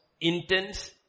intense